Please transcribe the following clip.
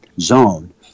zone